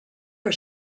for